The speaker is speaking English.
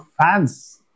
fans